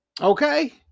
Okay